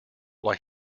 why